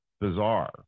bizarre